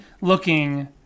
looking